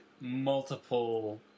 multiple